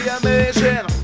amazing